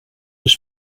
was